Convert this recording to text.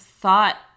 Thought